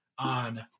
On